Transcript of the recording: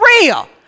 real